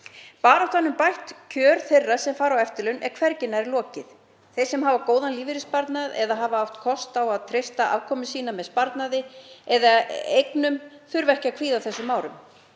Baráttunni um bætt kjör þeirra sem fara á eftirlaun er hvergi nærri lokið. Þeir sem hafa góðan lífeyrissparnað eða hafa átt kost á að treysta afkomu sína með sparnaði eða eignum þurfa ekki að kvíða þessum árum.